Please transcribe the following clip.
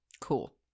cool